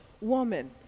woman